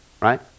Right